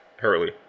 Hurley